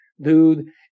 Dude